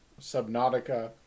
Subnautica